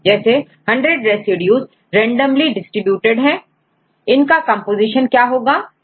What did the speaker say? जैसे हंड्रेड है इनका कंपोजीशन क्या होगा